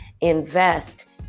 invest